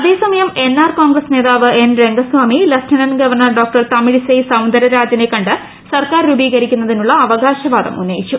അതേസമയം N R Congress നേതാവ് N Rangaswamy lieutenant governor ്യ്യോ ്തമിഴിസൈ സൌന്ദരരാജനെ കണ്ട് സർക്കാർ രൂപീകരിക്കാനുള്ള അവകാശവാദം ഉന്നയിച്ചു